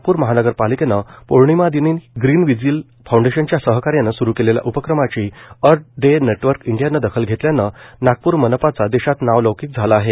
नागपूर महानगरपालिकेनं पौर्णिमा दिनी ग्रीन व्हिजील फाउंडेशनच्या सहकार्यानं सुरू केलेल्या उपक्रमाची अर्थ डे नेटवर्क इंडियानं दखल घेतल्यानं नागपुर मनपाचा देशात नाव लौकीक झाला आहे